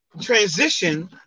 transition